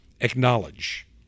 acknowledge